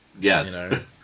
Yes